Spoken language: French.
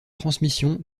transmission